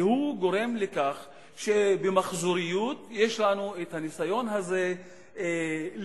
והוא גורם לכך שבמחזוריות יש לנו הניסיון הזה לייהד,